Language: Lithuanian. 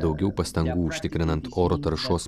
daugiau pastangų užtikrinant oro taršos